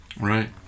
Right